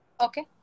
Okay